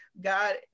God